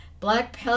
Black